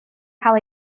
cael